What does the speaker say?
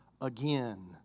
again